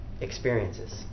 experiences